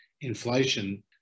inflation